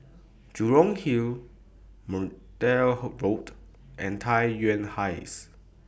Jurong Hill Mcnair Road and Tai Yuan Heights